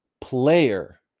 player